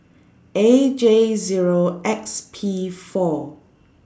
A J Zero X P four